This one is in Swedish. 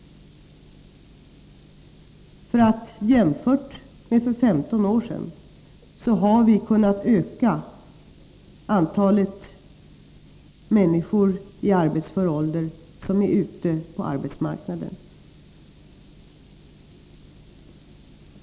Jämfört med för 15 år sedan har vi kunnat öka antalet människor i arbetsför ålder som är ute på arbetsmarknaden.